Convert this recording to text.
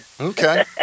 Okay